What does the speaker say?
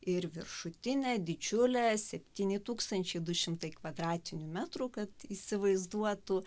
ir viršutinę didžiulę septyni tūkstančiai du šimtai kvadratinių metrų kad įsivaizduotų